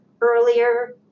earlier